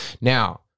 Now